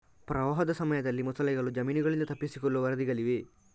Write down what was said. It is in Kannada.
ಪ್ರವಾಹದ ಸಮಯದಲ್ಲಿ ಮೊಸಳೆಗಳು ಜಮೀನುಗಳಿಂದ ತಪ್ಪಿಸಿಕೊಳ್ಳುವ ವರದಿಗಳಿವೆ